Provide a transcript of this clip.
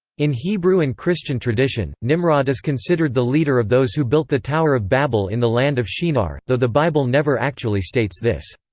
in hebrew and christian tradition, nimrod is considered the leader of those who built the tower of babel in the land of shinar, though the bible never actually states this.